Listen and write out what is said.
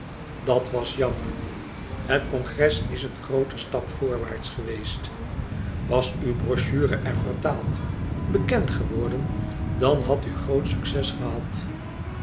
dat was jammer het congres is een groote stap voorwaarts geweest was uw brochure er vertaald bekend geworden dan had u groot succes gehad